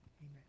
Amen